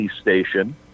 station